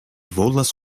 volas